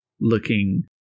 looking